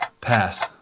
Pass